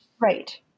Right